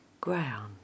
ground